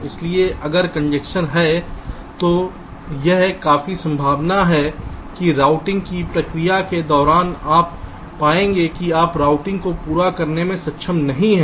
इसलिए अगर कंजेशन है तो यह काफी संभावना है कि राउटिंग की प्रक्रिया के दौरान आप पाएंगे कि आप रूटिंग को पूरा करने में सक्षम नहीं हैं